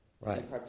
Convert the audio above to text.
Right